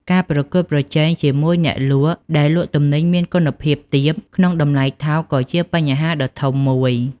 ការប្រកួតប្រជែងជាមួយអ្នកលក់ដែលលក់ទំនិញមានគុណភាពទាបក្នុងតម្លៃថោកក៏ជាបញ្ហាដ៏ធំមួយ។